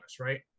right